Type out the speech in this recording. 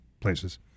places